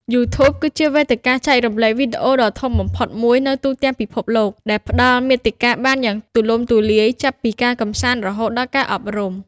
YouTube គឺជាវេទិកាចែករំលែកវីដេអូដ៏ធំបំផុតមួយនៅទូទាំងពិភពលោក ដែលផ្តល់មាតិកាបានយ៉ាងទូលំទូលាយ ចាប់ពីការកម្សាន្ត រហូតដល់ការអប់រំ។